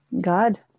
God